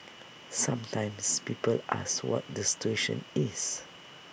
sometimes people ask what the situation is